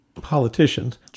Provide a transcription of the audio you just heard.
politicians